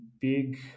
big